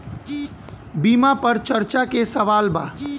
बीमा पर चर्चा के सवाल बा?